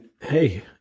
hey